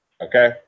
okay